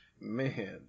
man